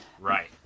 Right